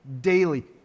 daily